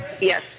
Yes